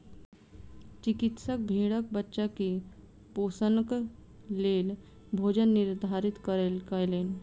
चिकित्सक भेड़क बच्चा के पोषणक लेल भोजन निर्धारित कयलैन